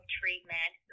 treatment